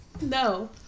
No